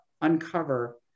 uncover